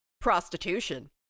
Prostitution